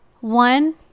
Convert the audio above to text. one